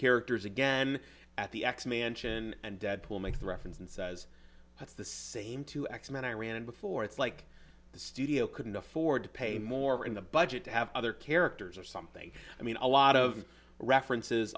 characters again at the x mansion and deadpool makes reference and says that's the same two x men i ran before it's like the studio couldn't afford to pay more in the budget to have other characters or something i mean a lot of references